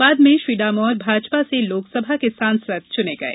बाद में श्री डामोर भाजपा से लोकसभा के सांसद चुने गये